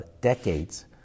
decades